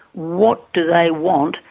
what do they want,